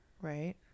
Right